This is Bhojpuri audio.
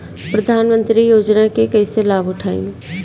प्रधानमंत्री योजना के कईसे लाभ उठाईम?